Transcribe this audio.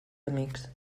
amics